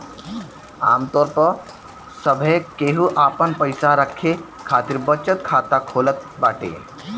आमतौर पअ सभे केहू आपन पईसा रखे खातिर बचत खाता खोलत बाटे